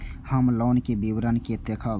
हम लोन के विवरण के देखब?